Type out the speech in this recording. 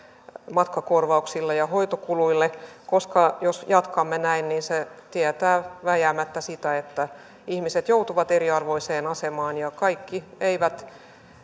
matkakorvauksille ja hoitokuluille koska jos jatkamme näin niin se tietää vääjäämättä sitä että ihmiset joutuvat eriarvoiseen asemaan kaikki eivät